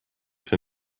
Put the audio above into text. for